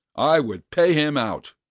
i would pay him out.